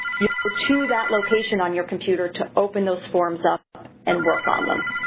you so to that location on your computer to open those forms up and work on them.